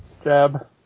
Stab